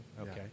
Okay